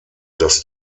dass